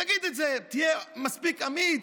תגיד את זה, תהיה מספיק אמיץ.